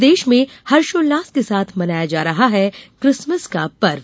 प्रदेश में हर्षोल्लास के साथ मनाया जा रहा है किसमस का पर्व